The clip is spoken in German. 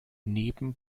neben